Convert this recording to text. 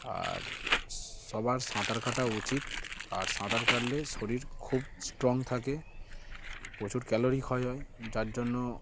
আর সবার সাঁতার কাটা উচিত আর সাঁতার কাটলে শরীর খুব স্ট্রং থাকে প্রচুর ক্যালোরি ক্ষয় হয় যার জন্য